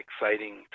exciting